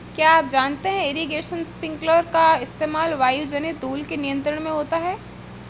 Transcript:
क्या आप जानते है इरीगेशन स्पिंकलर का इस्तेमाल वायुजनित धूल के नियंत्रण में होता है?